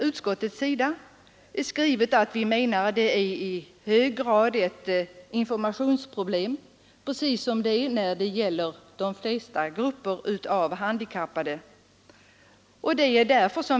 Utskottet har skrivit att detta i hög grad är ett informationsproblem, precis som när det gäller de flesta grupper av handikappade.